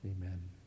Amen